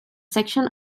section